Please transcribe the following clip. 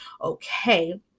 okay